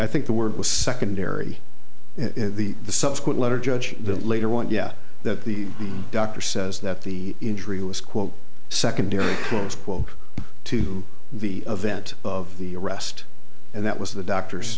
i think the word was secondary the the subsequent letter judge the later one yeah that the doctor says that the injury was quote secondary schools quote to the event of the arrest and that was the doctor